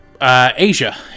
Asia